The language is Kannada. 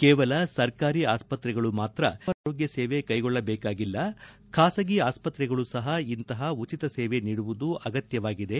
ಕೇವಲ ಸರ್ಕಾರಿ ಆಸ್ಪತ್ರೆಗಳು ಮಾತ್ರ ಬಡವರ ಆರೋಗ್ಯ ಸೇವೆ ಕೈಗೊಳ್ಳ ಬೇಕಾಗಿಲ್ಲ ಖಾಸಗಿ ಆಸ್ಪತ್ರೆಗಳೂ ಸಹ ಇಂತಹ ಉಚಿತ ಸೇವೆ ನೀಡುವುದು ಅಗತ್ಯವಾಗಿದೆ